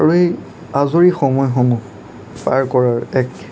আৰু এই আজৰি সময়সমূহ পাৰ কৰাৰ এক